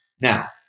Now